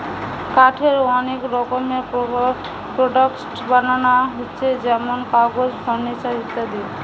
কাঠের অনেক রকমের প্রোডাক্টস বানানা হচ্ছে যেমন কাগজ, ফার্নিচার ইত্যাদি